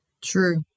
True